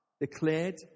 declared